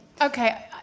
Okay